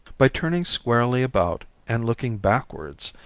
by turning squarely about and looking backwards,